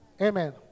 Amen